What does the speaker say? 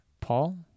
Paul